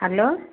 hello